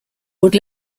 would